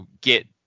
get